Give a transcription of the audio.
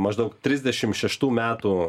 maždaug trisdešim šeštų metų